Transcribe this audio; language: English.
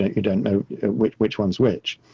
ah you don't know which which one's which,